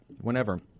whenever